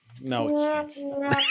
No